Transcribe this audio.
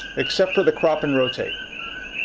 except for the crop and rotate.